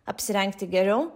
apsirengti geriau